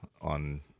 on